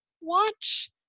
watch